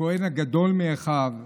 הכהן הגדול מאחיו,